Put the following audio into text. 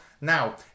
Now